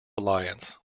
alliance